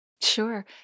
Sure